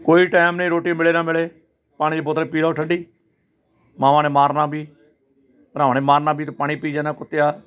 ਕੋਈ ਟਾਈਮ ਨਹੀਂ ਰੋਟੀ ਮਿਲੇ ਨਾ ਮਿਲੇ ਪਾਣੀ ਦੀ ਬੋਤਲ ਪੀ ਲਓ ਠੰਡੀ ਮਾਵਾਂ ਨੇ ਮਾਰਨਾ ਵੀ ਭਰਾਵਾਂ ਨੇ ਮਾਰਨਾ ਵੀ ਤੂੰ ਪਾਣੀ ਪੀਈ ਜਾਂਦਾ ਕੁੱਤਿਆ